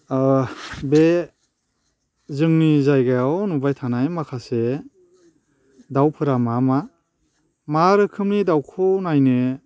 ओ बे जोंनि जायगायाव नुबाय थानाय माखासे दाउफोरा मा मा मा रोखोमनि दाउखौ नायनो